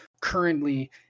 currently